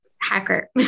hacker